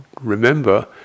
remember